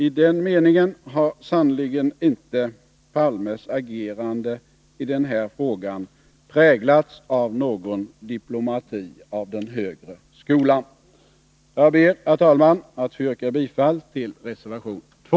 I den meningen har sannerligen inte Palmes agerande i den här frågan präglats av någon diplomati av den högre skolan. Jag ber, herr talman, att få yrka bifall till reservation 2.